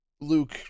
Luke